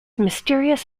mysterious